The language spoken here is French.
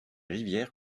rivières